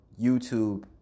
YouTube